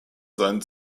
seinen